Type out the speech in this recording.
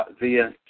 via